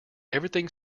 everything